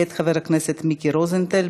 מאת חבר הכנסת מיקי רוזנטל,